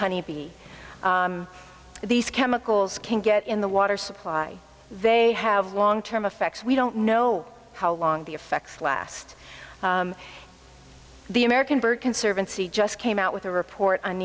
honeybee these chemicals can get in the water supply they have long term effects we don't know how long the effects last the american bird conservancy just came out with a report on